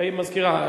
המזכירה,